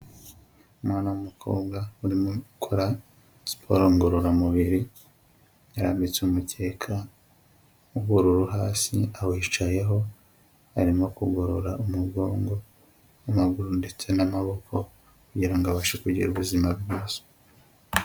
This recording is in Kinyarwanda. Umwana w'umukobwa urimo ukora siporo ngororamubiri, yarambitse umucyeka w'ubururu hasi awicayeho arimo kugorora umugongo n'amaguru ndetse n'amaboko kugira ngo abashe kugira ubuzima bwiza.